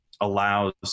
allows